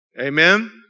Amen